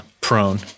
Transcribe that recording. Prone